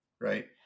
right